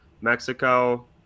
Mexico